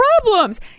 problems